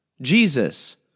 Jesus